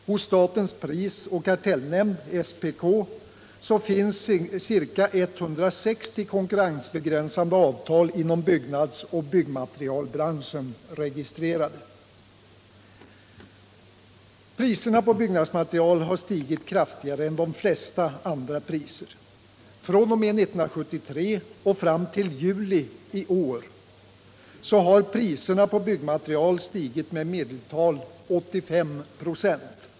Hos statens prisoch kartellnämnd, SPK, finns ca 160 konkurrensbegränsande avtal inom byggnadsoch byggmaterialbranschen registrerade. Priserna på byggmaterial har stigit kraftigare än de flesta andra priser. fr.o.m. 1973 och fram till juli i år har priserna på byggmaterial stigit med i medeltal 85 96.